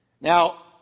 Now